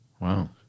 Wow